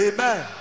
Amen